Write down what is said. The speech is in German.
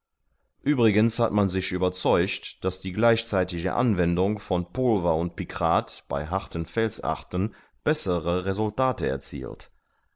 uebrigens hat man sich überzeugt daß die gleichzeitige anwendung von pulver und pikrat bei harten felsarten bessere resultate erzielt